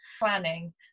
planning